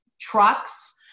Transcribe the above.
trucks